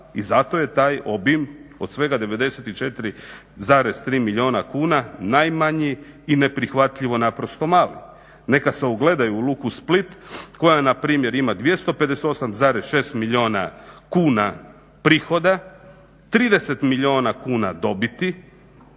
i zato je taj obim od svega 94,3 milijuna kuna najmanji neprihvatljivo mali. Neka se ugledaju u Luku Split koja npr. ima 258,6 milijuna kuna prihoda, 30 milijuna kuna dobiti